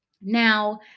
Now